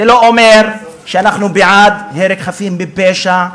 זה לא אומר שאנחנו בעד הרג חפים מפשע,